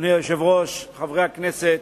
אדוני היושב-ראש, חברי הכנסת,